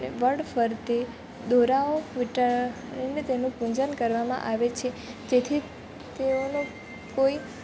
વડ ફરતે દોરા વીંટાડીને તેની પૂજા કરવામાં આવે છે તેથી તેઓનો કોઈ